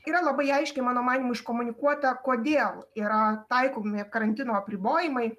yra labai aiškiai mano manymu iškomunikuota kodėl yra taikomi karantino apribojimai